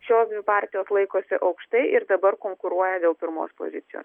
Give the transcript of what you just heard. šios partijos laikosi aukštai ir dabar konkuruoja dėl pirmos pozicijos